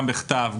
גם בכתב,